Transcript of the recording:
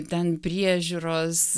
ten priežiūros